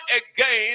again